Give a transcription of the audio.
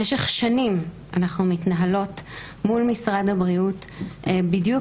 במשך שנים אנחנו מתנהלות מול משרד הבריאות בדיוק